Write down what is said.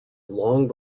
long